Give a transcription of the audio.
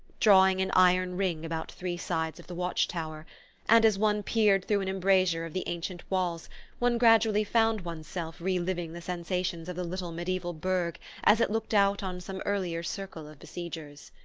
drawing an iron ring about three sides of the watch-tower and as one peered through an embrasure of the ancient walls one gradually found one's self re-living the sensations of the little mediaeval burgh as it looked out on some earlier circle of besiegers.